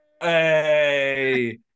hey